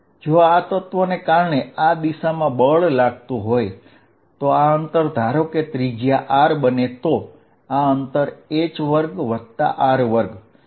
જો આ તત્વને કારણે આ દિશામાં બળ લાગતું હોય તો આ અંતર ધારો કે ત્રિજ્યા R બને તો આ h2R2 થશે